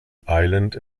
island